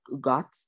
got